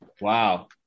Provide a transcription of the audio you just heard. Wow